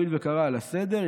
הואיל וקרא על הסדר,